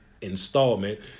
installment